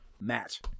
Matt